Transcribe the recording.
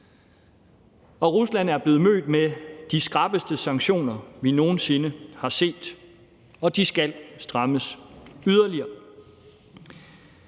og Rusland er blevet mødt med de skrappeste sanktioner, vi nogen sinde har set, og de skal strammes yderligere.